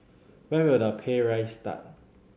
when will the pay raise start